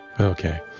Okay